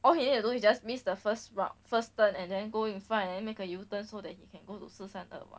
okay although you just missed the first what first turn and then go in front and then make a U turn so that he can go to 四三二 [what]